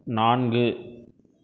நான்கு